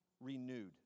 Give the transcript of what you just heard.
renewed